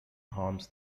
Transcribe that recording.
harms